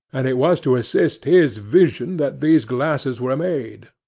and it was to assist his vision that these glasses were made.